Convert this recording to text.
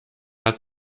hat